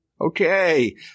Okay